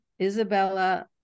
Isabella